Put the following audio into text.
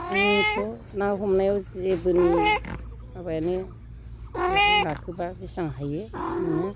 आंथ' ना हमनायाव जेबोनि माबायानो नाखौबा जेसेबां हायो मोनो